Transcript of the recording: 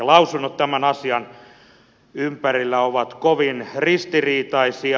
lausunnot tämän asian ympärillä ovat kovin ristiriitaisia